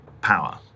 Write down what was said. power